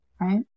Right